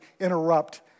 interrupt